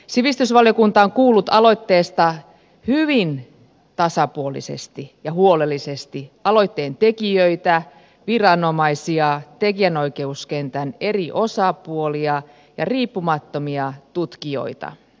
sivistysvaliokunta on kuullut aloitteesta hyvin tasapuolisesti ja huolellisesti aloitteen tekijöitä viranomaisia tekijänoikeuskentän eri osapuolia ja riippumattomia tutkijoita